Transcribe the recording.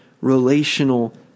relational